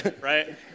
right